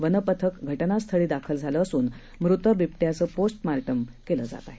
वनपथक घटनास्थळी दाखल झाले असून मृत बिबट्याचे पोस्टमोर्टम केले जात आहेत